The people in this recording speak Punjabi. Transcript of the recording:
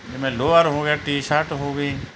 ਜਿਵੇਂ ਲੋਅਰ ਹੋ ਗਿਆ ਟੀਸ਼ਰਟ ਹੋ ਗਈ